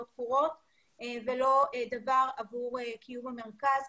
לא תקורות ולא דבר עבור קיום המרכז.